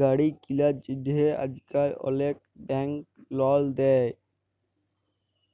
গাড়ি কিলার জ্যনহে আইজকাল অলেক ব্যাংক লল দেই,